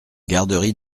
garderie